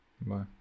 Bye